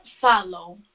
follow